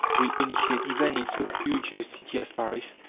will initiate, even in so huge a city as paris,